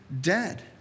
dead